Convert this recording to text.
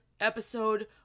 episode